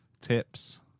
Tips